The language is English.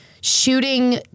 shooting